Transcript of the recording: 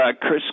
Chris